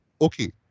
okay